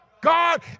God